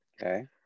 okay